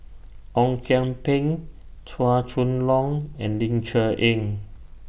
Ong Kian Peng Chua Chong Long and Ling Cher Eng